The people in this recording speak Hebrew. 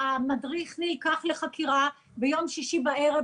המדריך נלקח לחקירה ביום שישי בערב,